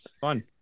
Fun